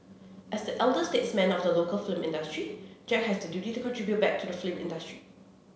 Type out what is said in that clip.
as the elder statesman of the local film industry Jack has the duty to contribute back to the film industry